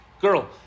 girl